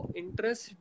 interest